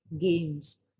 games